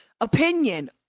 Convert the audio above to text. opinion